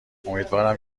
امیدوارم